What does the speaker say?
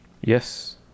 Yes